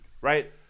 right